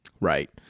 Right